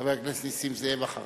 חבר הכנסת נסים זאב, אחריו.